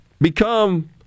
become